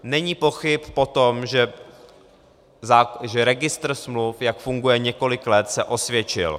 Není pochyb o tom, že registr smluv, jak funguje několik let, se osvědčil.